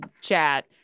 chat